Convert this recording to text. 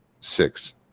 six